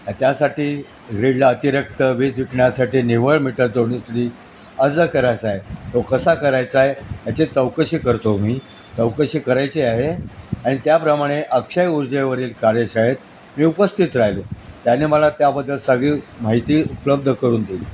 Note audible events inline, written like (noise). त्यासाठी रीडला अतिरिक्त वीज विकण्यासाठी निव्वळ मीटर जोडणी (unintelligible) अर्ज करायचा आहे तो कसा करायचा आहे याचे चौकशी करतो मी चौकशी करायची आहे आणि त्याप्रमाणे अक्षय ऊर्जेवरील कार्यशाळेत मी उपस्थित राहिलो त्याने मला त्याबद्दल सगळी माहिती उपलब्ध करून दिली